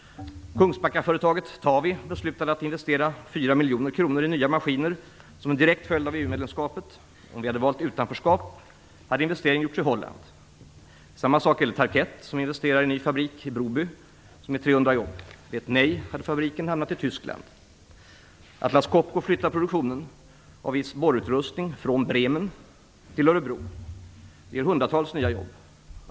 Kungsbackaföretaget Tawi har beslutat att investera 4 miljoner kronor i nya maskiner som en direkt följd av EU-medlemskapet. Om vi hade valt utanförskap hade investeringen gjorts i Holland. Samma sak gäller Tarkett, som investerar i en ny fabrik i Broby som ger 300 jobb. Vid ett nej hade fabriken hamnat i Tyskland. Atlas Copco flyttar produktionen av viss borrutrustning från Bremen till Örebro. Det ger hundratals nya jobb.